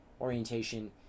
orientation